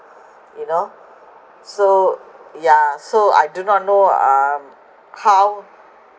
you know so yeah so I do not know um how